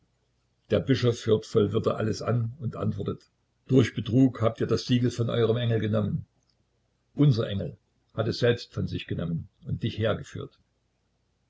der bischof hört voll würde alles an und antwortet durch betrug habt ihr das siegel von eurem engel genommen unser engel hat es selbst von sich genommen und dich hergeführt